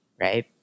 Right